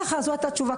ככה, זו היתה התשובה.